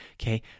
Okay